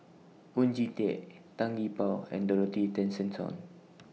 Oon Jin Teik Tan Gee Paw and Dorothy Tessensohn